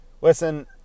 Listen